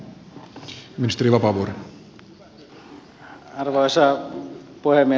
arvoisa puhemies